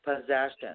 Possession